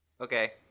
Okay